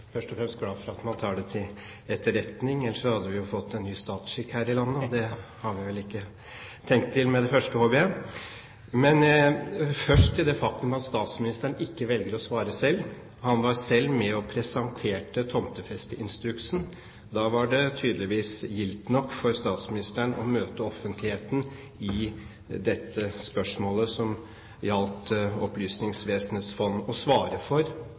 først og fremst glad for at man tar det til etterretning, ellers hadde vi fått en ny statsskikk her i landet – og det har vi vel ikke tenkt til med det første, håper jeg. Først til det faktum at statsministeren ikke velger å svare selv. Han var selv med og presenterte tomtefesteinstruksen. Da var det tydeligvis gildt nok for statsministeren å møte offentligheten i det spørsmålet som gjaldt Opplysningsvesenets fond. Å svare for